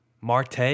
Marte